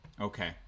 Okay